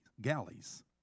galleys